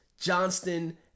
Johnston